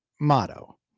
motto